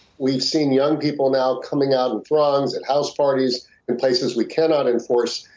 we've seen young people now coming out in throngs at house parties in places we cannot enforce,